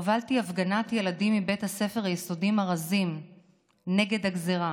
הובלתי הפגנת ילדים מבית הספר היסודי ארזים נגד הגזרה.